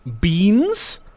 beans